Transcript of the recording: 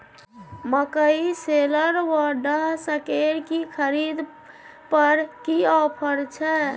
मकई शेलर व डहसकेर की खरीद पर की ऑफर छै?